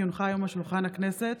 כי הונחו היום על שולחן הכנסת,